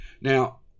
Now